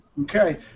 Okay